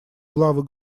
главы